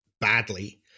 badly